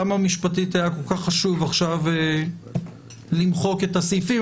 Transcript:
למה משפטית היה כל כך חשוב עכשיו למחוק את הסעיפים?